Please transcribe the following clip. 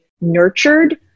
nurtured